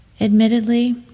Admittedly